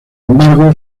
embargo